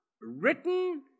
written